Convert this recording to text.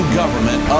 government